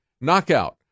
Knockout